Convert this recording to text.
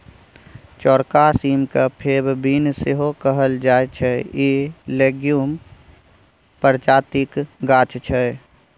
चौरका सीम केँ फेब बीन सेहो कहल जाइ छै इ लेग्युम प्रजातिक गाछ छै